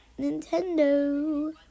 Nintendo